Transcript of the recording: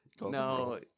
no